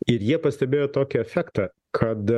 ir jie pastebėjo tokį efektą kad